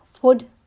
food